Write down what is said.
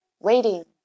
waiting